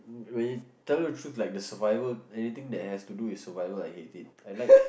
when you tell you the truth like the survival anything that has to do with survival I hate it I like